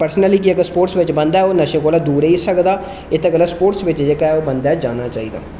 अगर स्पोर्ट्स बिच बंदा ओह् नशे कोला दूर रेही सकदा इत्त गल्ला स्पोर्ट्स बिच्च जेह्ड़ा बंदा ओह् जाना चाहिदा